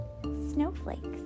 snowflakes